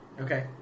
Okay